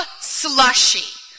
slushy